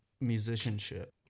musicianship